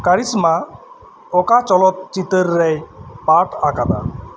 ᱠᱟᱨᱤᱥᱢᱟ ᱚᱠᱟ ᱪᱚᱞᱚᱛᱪᱤᱛᱟᱹᱨ ᱨᱮᱭ ᱯᱟᱴ ᱟᱠᱟᱫᱟ